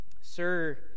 Sir